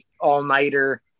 all-nighter